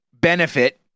benefit